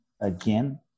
again